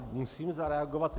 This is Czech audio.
Musím zareagovat.